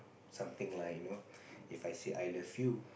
something like you know If I say I love you